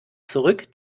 zurück